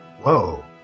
Whoa